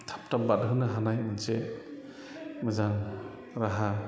थाब थाब बारहोनो हानाय मोनसे मोजां राहा